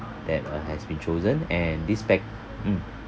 that uh has been chosen and this pack~ mm